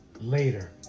later